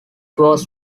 was